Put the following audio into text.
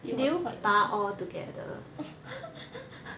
it was quite bad